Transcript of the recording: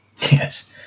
Yes